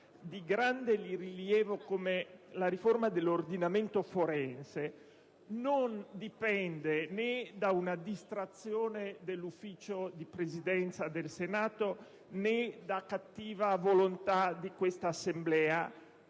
di grande rilievo, come quella dell'ordinamento forense, non dipende né da una distrazione della Presidenza del Senato né da cattiva volontà di questa Assemblea,